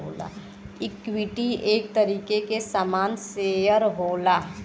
equity एक तरीके के सामान शेअर होला